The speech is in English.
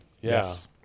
Yes